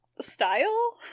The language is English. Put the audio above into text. style